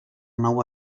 nou